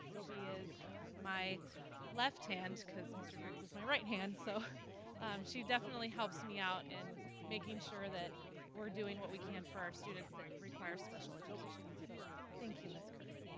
she is my left hand cause mr. griggs is my right hand. so she definitely helps me out and making sure that we're doing what we can for our students that require special education. so thank you mrs. curry